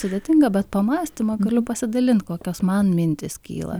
sudėtinga bet pamąstymą galiu pasidalint kokios man mintys kyla